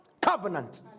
covenant